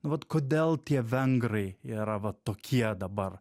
nu vat kodėl tie vengrai yra va tokie dabar